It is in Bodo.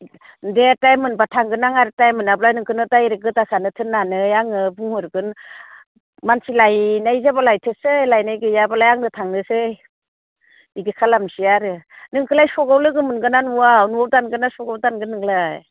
दे टाइम मोनब्ला थांगोन आं आर टाइम मोनाब्ला नोंखौनो डाइरेक्ट गोदा खानो थोननानै आङो बुंहरगोन मानसि लायनाय जाब्ला लायथोंसै लायनाय गैयाब्लालाय आंनो थांनोसै इदि खालामसै आरो नोंखोलाय सख आव लोगो नुगोन ना नुआ न'आव दानगोन ना सख आव दानगोन नोंलाय